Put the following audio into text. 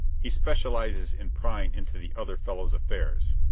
he specializes in prying into the other fellow's affairs.